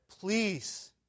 Please